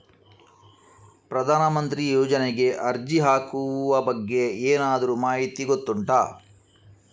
ಪ್ರಧಾನ ಮಂತ್ರಿ ಯೋಜನೆಗೆ ಅರ್ಜಿ ಹಾಕುವ ಬಗ್ಗೆ ಏನಾದರೂ ಮಾಹಿತಿ ಗೊತ್ತುಂಟ?